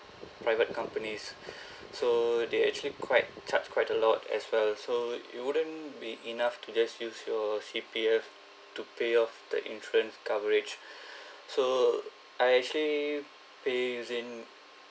private companies so they actually quite charge quite a lot as well so it wouldn't be enough to just use your C_P_F to pay off the insurance coverage so I actually pay using